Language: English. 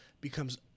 becomes